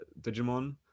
Digimon